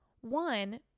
one